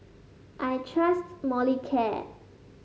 I trust Molicare